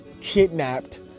Kidnapped